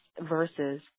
versus